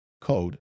code